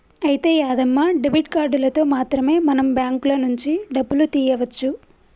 అయితే యాదమ్మ డెబిట్ కార్డులతో మాత్రమే మనం బ్యాంకుల నుంచి డబ్బులు తీయవచ్చు